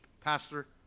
Pastor